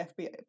FBI